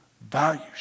values